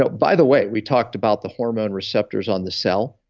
but by the way, we talked about the hormone receptors on the cell.